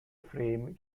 frame